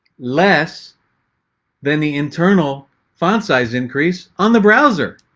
less than the internal font size increase on the browser.